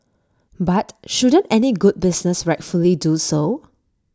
but shouldn't any good business rightfully do so